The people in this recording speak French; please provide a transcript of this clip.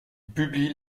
publient